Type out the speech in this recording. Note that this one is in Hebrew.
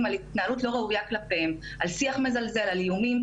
על התנהלות לא ראויה כלפיהם - על שיח מזלזל ואיומים.